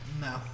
No